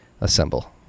assemble